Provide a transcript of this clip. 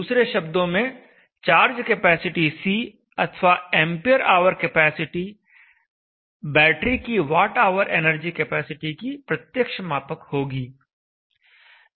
दूसरे शब्दों में चार्ज कैपेसिटी C अथवा एंपियर आवर कैपेसिटी बैटरी की वॉटऑवर एनर्जी कैपेसिटी की प्रत्यक्ष मापक होगी